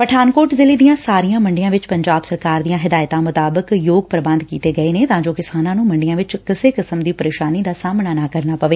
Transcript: ਪਠਾਨਕੋਟ ਜ਼ਿਲੇ ਦੀਆਂ ਸਾਰੀਆਂ ਮੰਡੀਆਂ ਵਿਚ ਪੰਜਾਬ ਸਰਕਾਰ ਦੀਆਂ ਹਿਦਾਇਤਾਂ ਮੁਤਾਬਿਕ ਯੋਗ ਪ੍ਰਬੰਧ ਕੀਤੇ ਗਏ ਨੇ ਤਾਂ ਜੋ ਕਿਸਾਨਾਂ ਨੂੰ ਮੰਡੀਆਂ ਵਿਚ ਕਿਸੇ ਕਿਸਮ ਦੀ ਪੇਸ਼ਾਨੀ ਦਾ ਸਾਹਮਣਾ ਨਾ ਕਰਨਾ ਪਵੇ